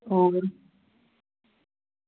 होर